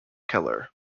keller